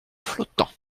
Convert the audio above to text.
flottant